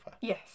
Yes